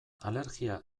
alergia